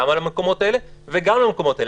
על המקומות האלה וגם על המקומות האלה.